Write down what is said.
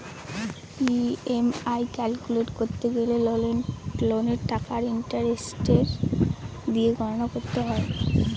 EMI calculate করতে গেলে লোনের টাকা আর ইন্টারেস্টের হার দিয়ে গণনা করতে হয়